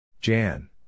Jan